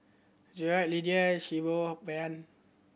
Jerod Lydia